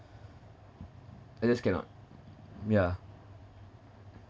I just cannot yeah